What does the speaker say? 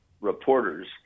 reporters